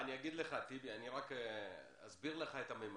אני אסביר לך את הממדים.